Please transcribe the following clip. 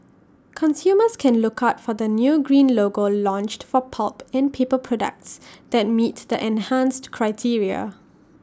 consumers can look out for the new green logo launched for pulp and paper products that meet the enhanced criteria